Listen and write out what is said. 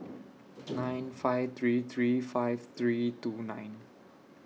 nine five three three five three two nine